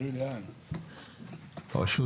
רשות